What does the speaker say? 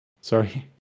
Sorry